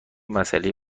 مسئله